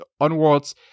onwards